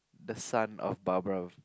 the son of Barbra